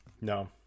No